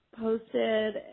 posted